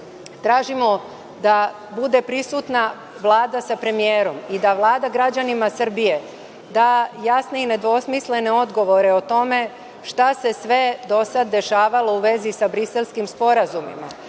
tražimo da bude prisutna Vlada sa premijerom i da Vlada građanima Srbije da jasne i nedvosmislene odgovore o tome šta se sve do sada dešavalo u vezi sa Briselskim sporazumom,